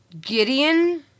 Gideon